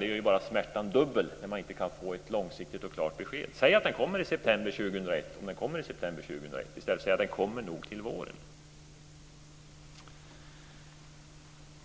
Det gör ju bara smärtan dubbel när man inte kan få ett långsiktigt och klart besked. Säg att den kommer i september 2001 om den kommer då i stället för att säga att den nog kommer till våren!